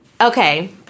okay